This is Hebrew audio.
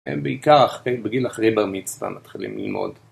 הם בעיקר בגיל אחרי בר מצווה מתחילים ללמוד